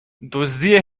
دزدی